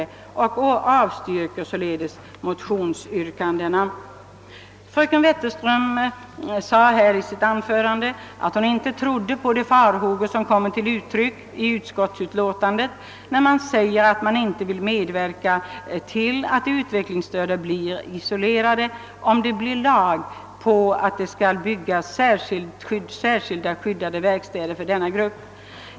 På grund av det sagda avstyrker utskottet motionsyrkandena.» Fröken Wetterström sade i sitt anförande att hon inte trodde på de farihågor som kommit till uttryck i ut :skottsutlåtandet där det framhålles, att utskottet inte vill medverka till att de utvecklingsstörda isoleras, vilket blir fallet om det blir lag på att det skall byggas särskilda skyddade verkstäder för denna grupp.